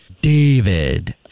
David